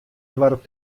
doarp